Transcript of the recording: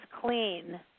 clean